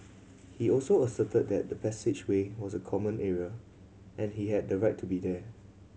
he also asserted that the passageway was a common area and he had a right to be there